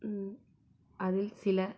அதை சில